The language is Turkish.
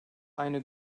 aynı